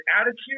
attitude